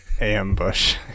Ambush